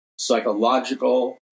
psychological